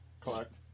collect